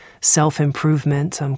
self-improvement